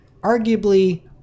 arguably